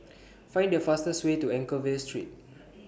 Find The fastest Way to Anchorvale Street